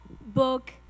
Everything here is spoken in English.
book